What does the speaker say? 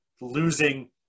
losing